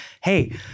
Hey